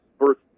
first